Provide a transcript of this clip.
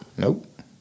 Nope